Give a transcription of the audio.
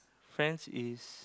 friends is